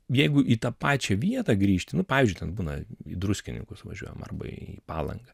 jeigu į tą pačią vietą grįžti nu pavyzdžiui ten būna į druskininkus važiuojam arba į palangą